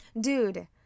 dude